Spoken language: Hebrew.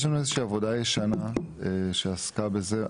יש לנו איזושהי עבודה ישנה שעסקה בזה,